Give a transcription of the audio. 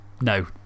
No